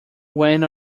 went